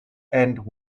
end